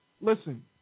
Listen